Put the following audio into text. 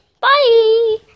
Bye